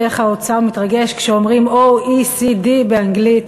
איך האוצר מתרגש כשאומרים OECD באנגלית.